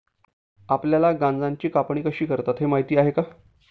आपल्याला गांजाची कापणी कशी करतात हे माहीत आहे का?